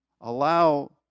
allow